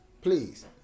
Please